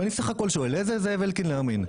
ואני סך הכול שואל לאיזה זאב אלקין להאמין.